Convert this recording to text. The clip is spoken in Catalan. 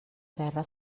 terra